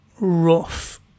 Rough